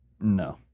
No